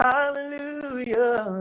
Hallelujah